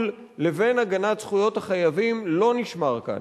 לבין הגנת זכויות החייבים לא נשמר כאן.